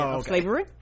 slavery